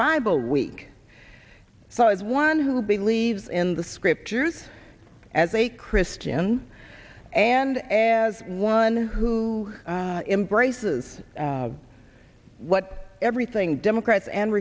bible week so as one who believes in the scriptures as a christian and as one who embraces what everything democrats and